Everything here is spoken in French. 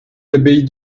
l’abbaye